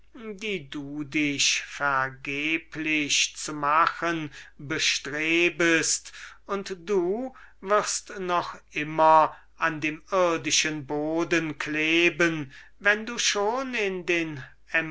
die du dich vergeblich zu machen bestrebest und du wirst noch immer an dem irdischen boden kleben wenn du schon in den